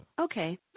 okay